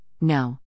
no